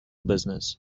business